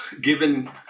given